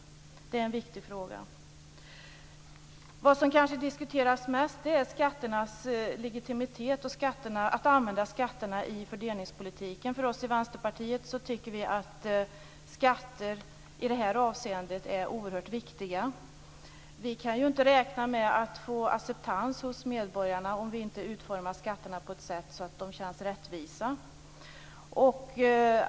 Det är en viktig fråga. Vad som kanske diskuteras mest är skatternas legitimitet och det här med att använda skatterna i fördelningspolitiken. Vi i Vänsterpartiet tycker att skatter i det här avseendet är oerhört viktiga. Vi kan ju inte räkna med att få acceptans hos medborgarna om vi inte utformar skatterna på ett sådant sätt att de känns rättvisa.